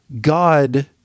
God